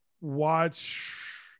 watch